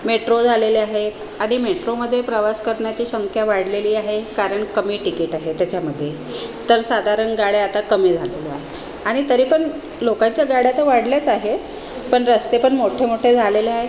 metro झालेल्या आहेत आणि मेट्रोमध्ये प्रवास करण्याची संख्या वाढलेली आहे कारण कमी टीकीट आहे त्याच्यामध्ये तर साधारण गाड्या आता कमी झालेल्या आहेत आणि तरीपण लोकलच्या गाड्या तर वाढल्याच आहेत पण रस्ते पण मोठे मोठे झालेले आहेत